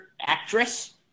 Actress